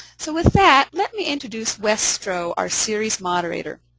so with that, let me introduce wes stroh, our series moderator.